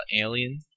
alien